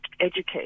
educate